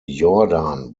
jordan